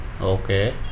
Okay